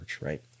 Right